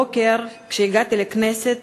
הבוקר, כשהגעתי לכנסת,